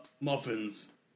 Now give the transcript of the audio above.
Muffins